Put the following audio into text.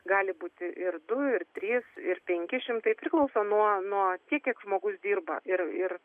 gali būti ir du ir trys ir penki šimtai priklauso nuo nuo tiek kiek žmogus dirba ir ir